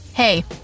Hey